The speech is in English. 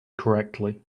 correctly